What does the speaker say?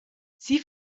sie